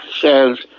says